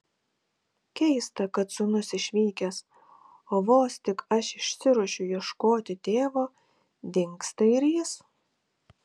keista kad sūnus išvykęs o vos tik aš išsiruošiu ieškoti tėvo dingsta ir jis